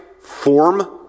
form